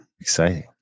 Exciting